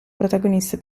protagonista